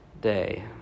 day